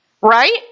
right